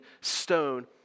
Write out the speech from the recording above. stone